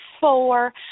four